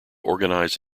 organize